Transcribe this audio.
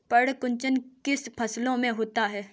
पर्ण कुंचन किन फसलों में होता है?